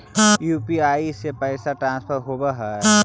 UPI से पैसा transfer होवहै?